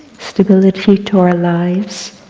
stability to our lives.